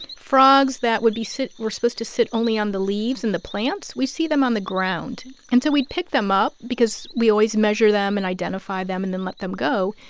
frogs that would be sit were supposed to sit only on the leaves and the plants, we'd see them on the ground. and so we'd pick them up because we always measure them and identify them and then let them go.